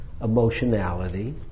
emotionality